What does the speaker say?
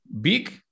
big